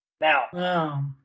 now